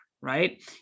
right